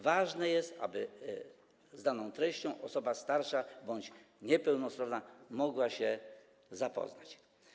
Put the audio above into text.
Ważne jest, aby z daną treścią osoba starsza bądź niepełnosprawna mogła się zapoznać.